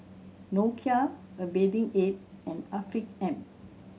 Nokia A Bathing Ape and Afiq M